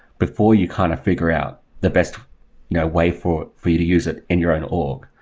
before you kind of figure out the best you know way for for you to use it in your own org.